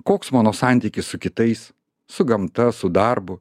koks mano santykis su kitais su gamta su darbu